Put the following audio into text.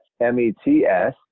M-E-T-S